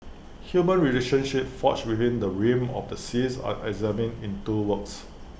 human relationships forged within the realm of the seas are examined in two works